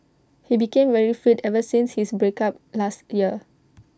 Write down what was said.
he became very fit ever since his break up last year